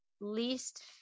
least